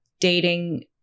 dating